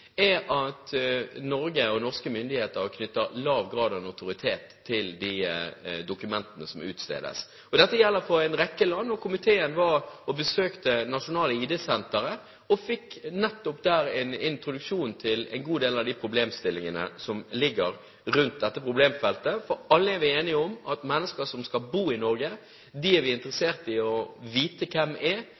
er at Norge og norske myndigheter knytter lav grad av notoritet til de dokumentene som utstedes. Dette gjelder for en rekke land. Komiteen besøkte det nasjonale ID-senteret og fikk nettopp der en introduksjon til en god del av de problemstillingene som ligger rundt dette problemfeltet. Alle er vi enige om at mennesker som skal bo i Norge, er vi interessert i å vite hvem er.